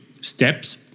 steps